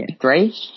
Three